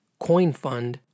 CoinFund